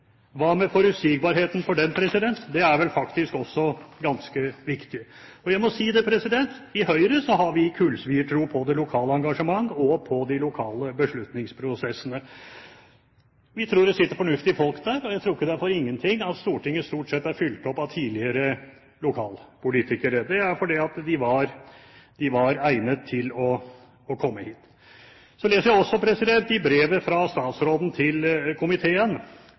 hva med egen kommune? Hva med forutsigbarheten for den? Det er vel også ganske viktig. Jeg må si at i Høyre har vi kullsviertro på det lokale engasjementet og på de lokale beslutningsprosessene. Vi tror det sitter fornuftige folk lokalt, og jeg tror ikke det er for ingenting at Stortinget stort sett er fylt opp av tidligere lokalpolitikere. Det er fordi de var egnet til komme hit. Så leser jeg i brevet fra statsråden til komiteen